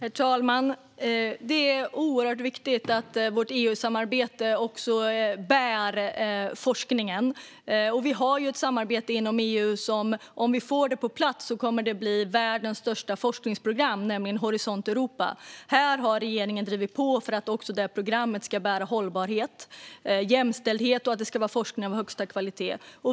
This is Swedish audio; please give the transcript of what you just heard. Herr talman! Det är oerhört viktigt att vårt EU-samarbete också bär forskningen. Vi har ju ett samarbete inom EU som - om vi får det på plats - kommer att bli världens största forskningsprogram, nämligen Horisont Europa. Regeringen har drivit på för att programmet ska bära hållbarhet och jämställdhet och för att det ska vara forskning av högsta kvalitet.